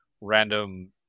random